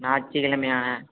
ஞாயிற்று கெழமையாணே